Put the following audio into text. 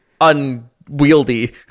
unwieldy